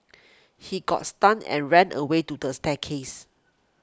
he got stunned and ran away to the staircase